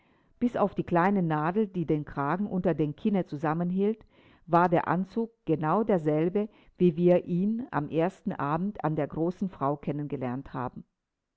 bis auf die kleine nadel die den kragen unter dem kinne zusammenhielt war der anzug genau derselbe wie wir ihn am ersten abend an der großen frau kennen gelernt haben